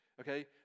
okay